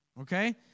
Okay